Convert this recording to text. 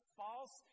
false